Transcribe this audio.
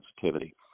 sensitivity